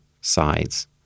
sides